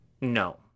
No